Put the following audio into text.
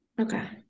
Okay